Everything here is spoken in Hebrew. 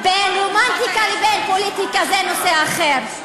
בין רומנטיקה לבין פוליטיקה זה נושא אחר.